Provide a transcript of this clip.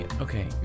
Okay